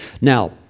Now